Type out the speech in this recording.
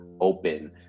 open